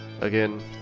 Again